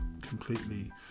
completely